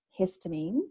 histamine